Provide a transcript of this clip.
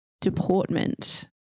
deportment